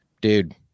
dude